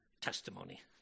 testimony